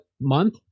month